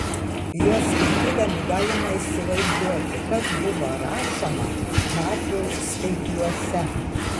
juos skaitydami galime įsivaizduoti kas buvo rašoma metų skaitliuose